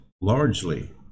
largely